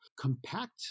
compact